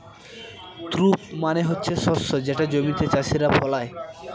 crop মানে হচ্ছে শস্য যেটা জমিতে চাষীরা ফলায়